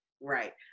right